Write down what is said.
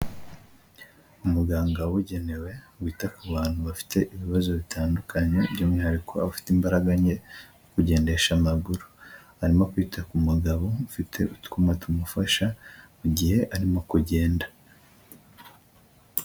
Umuganga wabugenewe, wita ku bantu bafite ibibazo bitandukanye, by'umwihariko afite imbaraga nke, mu kugendesha amaguru, arimo kwita ku mugabo ufite utwuma tumufasha, mu mugihe arimo kugenda.